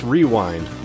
Rewind